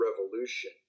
revolution